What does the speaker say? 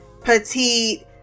petite